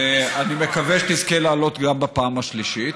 ואני מקווה שתזכה להעלות גם בפעם השלישית.